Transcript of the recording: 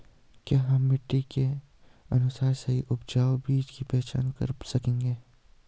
क्या हम मिट्टी के अनुसार सही उपजाऊ बीज की पहचान कर सकेंगे?